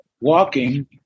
walking